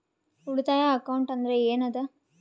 ಉಳಿತಾಯ ಅಕೌಂಟ್ ಅಂದ್ರೆ ಏನ್ ಅದ?